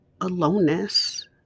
aloneness